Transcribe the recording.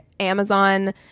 Amazon